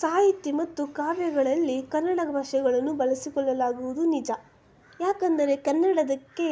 ಸಾಹಿತ್ಯ ಮತ್ತು ಕಾವ್ಯಗಳಲ್ಲಿ ಕನ್ನಡ ಭಾಷೆಗಳನ್ನು ಬಳಸಿಕೊಳ್ಳಲಾಗುವುದು ನಿಜ ಯಾಕೆಂದರೆ ಕನ್ನಡಕ್ಕೆ